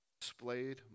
displayed